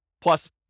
plus